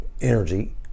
energy